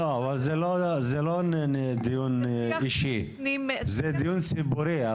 לא, זה לא דיון אישי, זה דיון ציבורי.